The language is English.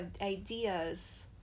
ideas